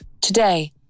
Today